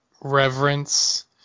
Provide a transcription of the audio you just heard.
reverence